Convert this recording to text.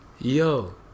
Yo